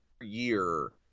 year